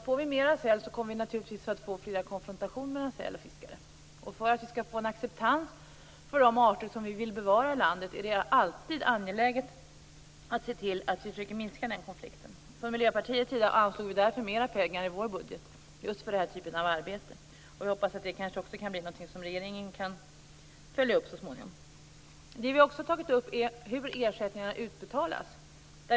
Får vi mera säl kommer vi naturligtvis att få flera konfrontationer mellan säl och fiskare. För att vi skall få en acceptans för de arter som vi vill bevara i landet är det alltid angeläget att försöka minska den konflikten. Därför anslog vi i Miljöpartiet mer pengar i vår budget till den här typen av arbete. Jag hoppas att det kanske också kan bli något som regeringen kan följa upp så småningom. Vi har också tagit upp hur ersättningarna utbetalas.